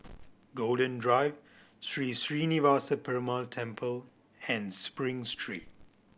Golden Drive Sri Srinivasa Perumal Temple and Spring Street